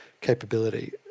capability